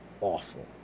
Awful